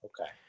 okay